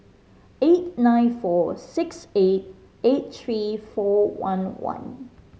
eight nine four six eight eight three four one one